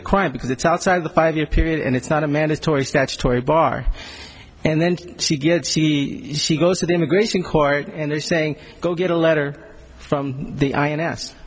the crime because it's outside the five year period and it's not a mandatory statutory bar and then she gets she she goes to the immigration court and they're saying go get a letter from the i